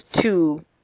two